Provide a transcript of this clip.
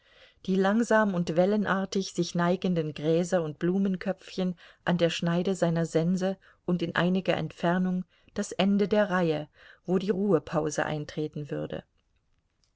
die langsam und wellenartig sich neigenden gräser und blumenköpfchen an der schneide seiner sense und in einiger entfernung das ende der reihe wo die ruhepause eintreten würde